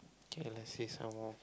K let's see some more